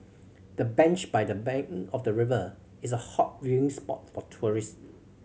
the bench by the bank of the river is a hot viewing spot for tourists